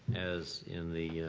as in the